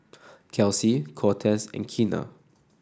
Kelsi Cortez and Keena